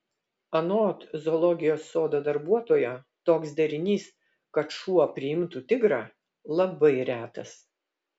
anot zoologijos sodo darbuotojo toks derinys kad šuo priimtų tigrą labai retas